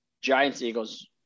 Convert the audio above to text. Giants-Eagles